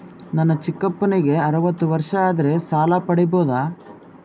ನನ್ನ ಚಿಕ್ಕಪ್ಪನಿಗೆ ಅರವತ್ತು ವರ್ಷ ಆದರೆ ಸಾಲ ಪಡಿಬೋದ?